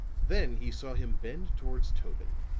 then he saw him bend toward tobin,